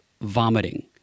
vomiting